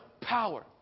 Power